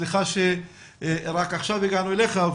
וסליחה שרק עכשיו הגענו אליך.